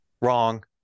Wrong